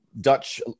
Dutch